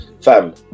fam